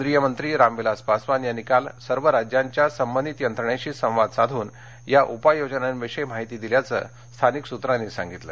केंद्रीय मंत्री रामविलास पासवान यांनी काल सर्व राज्यांच्या संबंधित यंत्रणेशी संवाद साधून या उपाय योजनांविषयी माहिती दिल्याचं स्थानिक सूत्रांनी सांगितलं